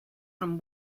from